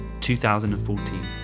2014